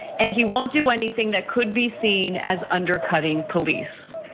and he won't do anything that could be seen as undercutting police.